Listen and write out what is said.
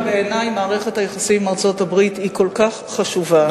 כי בעיני מערכת היחסים עם ארצות-הברית היא כל כך חשובה,